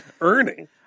Earning